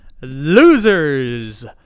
losers